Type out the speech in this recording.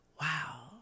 wow